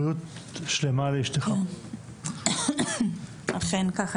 אני אתן לחבר הכנסת כסיף את ההזדמנות גם כן ולאחר מכן אני